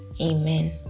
Amen